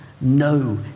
no